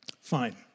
Fine